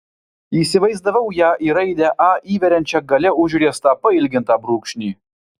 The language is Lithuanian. įsivaizdavau ją į raidę a įveriančią gale užriestą pailgintą brūkšnį